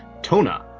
Tona